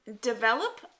Develop